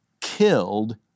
killed